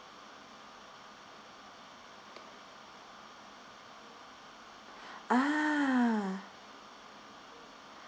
ah